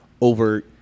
over